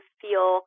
feel